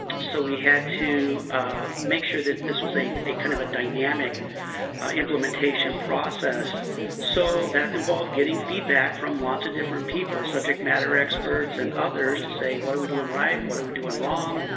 so, we had to make sure that this was a a kind of dynamic implementation process so that involved getting feedback from lots of different people, subject matter experts and others to say, what are we doing right, what are we doing wrong?